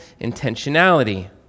intentionality